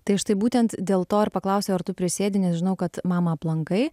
tai štai būtent dėl to ir paklausiau ar tu prisėdi nes žinau kad mamą aplankai